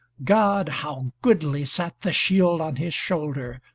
god! how goodly sat the shield on his shoulder,